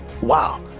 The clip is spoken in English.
Wow